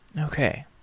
Okay